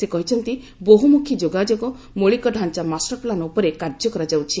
ସେ କହିଛନ୍ତି ବହୁମୁଖୀ ଯୋଗାଯୋଗ ମୌଳିକଡାଞ୍ଚା ମାଷ୍ଟର ପ୍ଲାନ୍ ଉପରେ କାର୍ଯ୍ୟ କରାଯାଉଛି